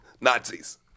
Nazis